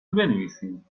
بنویسید